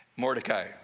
Mordecai